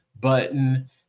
button